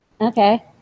Okay